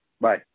Bye